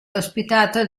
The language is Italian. ospitato